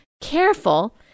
careful